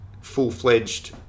full-fledged